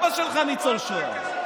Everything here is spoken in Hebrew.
אבא שלך ניצול שואה.